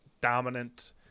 dominant